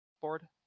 board